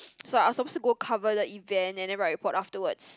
so I was supposed to go cover the event and then write a report afterwards